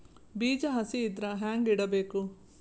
ಬೀಜ ಹಸಿ ಇದ್ರ ಹ್ಯಾಂಗ್ ಇಡಬೇಕು?